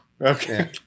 Okay